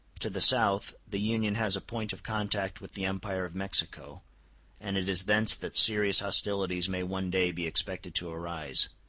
to the south, the union has a point of contact with the empire of mexico and it is thence that serious hostilities may one day be expected to arise.